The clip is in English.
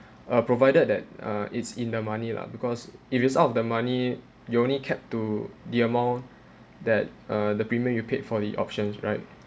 uh provided that uh it's in the money lah because if it's out of the money you only kept to the amount that uh the premium you paid for the options right